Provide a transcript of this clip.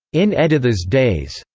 in editha's days.